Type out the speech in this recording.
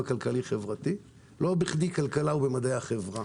הכלכלי-חברתי לא בכדי כלכלה היא במדעי החברה,